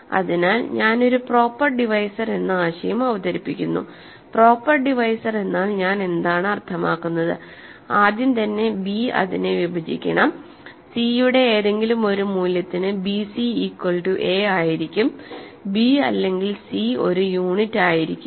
അതിനാൽ ഞാൻ ഒരു പ്രോപ്പർ ഡിവൈസർ എന്ന ആശയം അവതരിപ്പിക്കുന്നുപ്രോപ്പർ ഡിവൈസർ എന്നാൽ ഞാൻ എന്താണ് അർത്ഥമാക്കുന്നത് ആദ്യം തന്നെ b അതിനെ വിഭജിക്കണംc യുടെ ഏതെങ്കിലും ഒരു മൂല്യത്തിന് bc ഈക്വൽ ടു a ആയിരിക്കും b അല്ലെങ്കിൽ c ഒരു യൂണിറ്റ് ആയിരിക്കില്ല